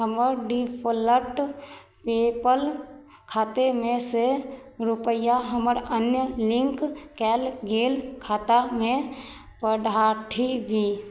हमर default PayPal खातेमे सँ रूपैआ हमर अन्य लिंक कयल गेल खातामे पढ़ाठी भी